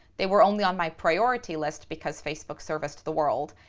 they were only on my priority list because facebook serviced the world.